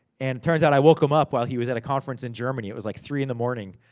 and turns out, i woke him up while he was at a conference in germany. it was like three in the morning,